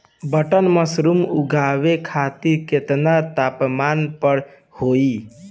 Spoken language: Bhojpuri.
बटन मशरूम उगावे खातिर केतना तापमान पर होई?